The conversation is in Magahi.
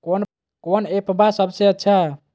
कौन एप्पबा सबसे अच्छा हय?